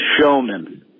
Showman